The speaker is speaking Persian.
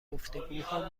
گفتگوها